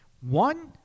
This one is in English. one